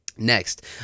next